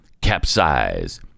Capsize